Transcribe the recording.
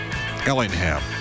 Ellingham